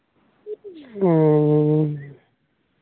ᱚᱸᱻ